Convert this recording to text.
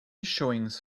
showings